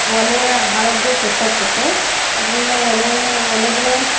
ಒಲೆ ಆರೋಗ್ಯ ಕೆಟ್ಟೋಗ್ತತೆ ಅದರಿಂದ ಒಲೆ ಒಲೆಗಳು